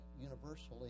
universally